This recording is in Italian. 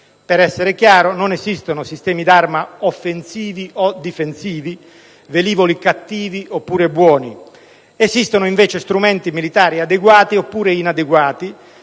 Per essere chiaro, non esistono sistemi d'arma offensivi o difensivi, velivoli cattivi oppure buoni: esistono invece strumenti militari adeguati oppure inadeguati,